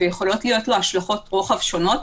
ויכולות להיות לו השלכות רוחב שונות,